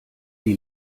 die